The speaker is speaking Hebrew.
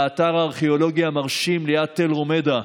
באתר הארכיאולוגי המרשים ליד תל רומיידה.